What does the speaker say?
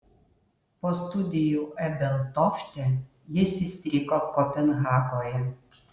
po studijų ebeltofte jis įstrigo kopenhagoje